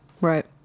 right